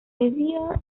lazio